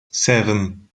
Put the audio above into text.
seven